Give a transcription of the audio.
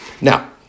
Now